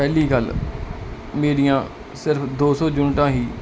ਪਹਿਲੀ ਗੱਲ ਮੇਰੀਆਂ ਸਿਰਫ ਦੋ ਸੌ ਯੂਨਿਟਾਂ ਹੀ